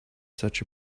such